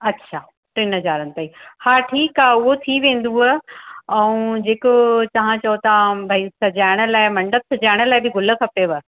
अच्छा टिनि हज़ारनि ताईं हा ठीकु आहे ऐं जेको तव्हां चओ भई सजाइण लाइ मंडप सजाइण लाइ बि गुल खपेव